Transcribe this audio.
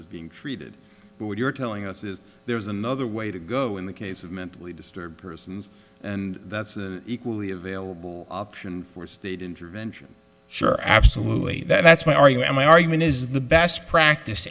is being treated but what you're telling us is there's another way to go in the case of mentally disturbed persons and that's equally available option for state intervention sure absolutely that's why are you in my argument is the best